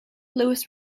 louis